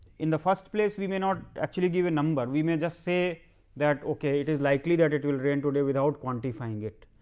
in the first place we may not actually give number, we may just say that it is likely that it will rain today without quantifying it.